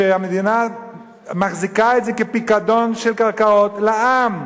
כשהמדינה מחזיקה את זה כפיקדון של קרקעות לעם,